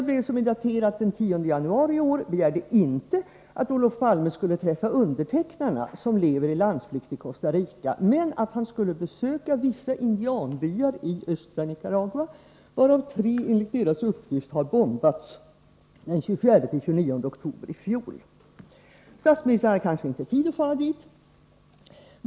Brevet, som är daterat den 10 januari i år, begärde inte att Olof Palme skulle träffa undertecknarna, som lever i landsflykt i Costa Rica, men att han skulle besöka vissa indianbyar i östra Nicaragua, varav tre enligt indianernas uppgift bombats den 24-29 oktober i fjol. Statsministern kanske inte hade tid att fara dit.